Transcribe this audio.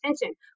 attention